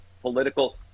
political